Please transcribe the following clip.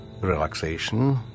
relaxation